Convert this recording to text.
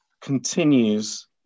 continues